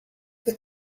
the